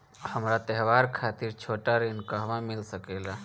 हमरा त्योहार खातिर छोटा ऋण कहवा मिल सकेला?